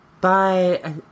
Bye